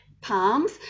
palms